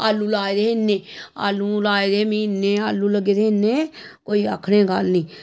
आलू लाए दे हे इन्ने आलू लाए दे में इन्ने आलू लग्गे दे हे कोई आखने दा गल्ल निं